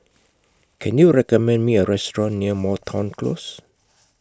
Can YOU recommend Me A Restaurant near Moreton Close